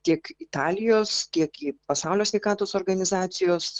tiek italijos tiek į pasaulio sveikatos organizacijos